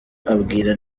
abwira